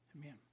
amen